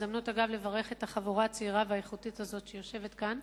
זאת הזדמנות לברך את החבורה הצעירה והאיכותית שיושבת כאן,